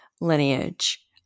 lineage